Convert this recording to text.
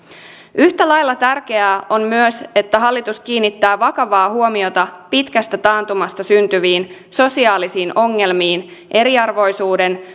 yhtä lailla tärkeää on myös että hallitus kiinnittää vakavaa huomiota pitkästä taantumasta syntyviin sosiaalisiin ongelmiin eriarvoisuuden